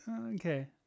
okay